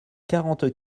quarante